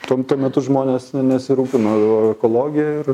tuo tuo metu metus žmonės nesirūpino ekologija ir